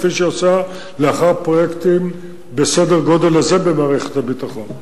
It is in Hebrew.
כפי שהיא עושה אחר פרויקטים בסדר-גודל הזה במערכת הביטחון.